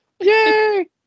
Yay